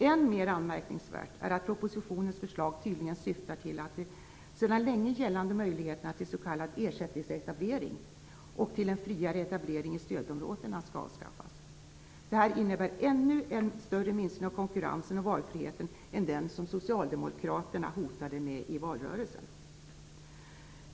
Än mer anmärkningsvärt är att propositionens förslag tydligen syftar till att de sedan länge gällande möjligheterna till s.k. ersättningsetablering och till en friare etablering i stödområdena skall avskaffas. Detta innebär en ännu större minskning av konkurrensen och valfriheten än den som socialdemokraterna hotade med i valrörelsen.